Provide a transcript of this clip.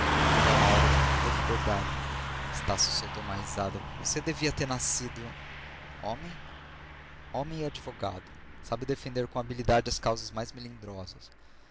é uma hora de pura liberdade estácio soltou uma risada você devia ter nascido homem homem e advogado sabe defender com habilidade as causas mais melindrosas